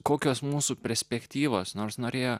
kokios mūsų perspektyvas nors norėjo